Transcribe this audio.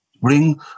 bring